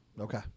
Okay